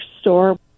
store